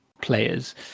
players